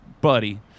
buddy